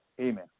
Amen